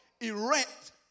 erect